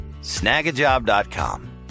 snagajob.com